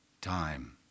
time